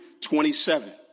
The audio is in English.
27